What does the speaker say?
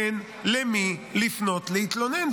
אין למי לפנות להתלונן,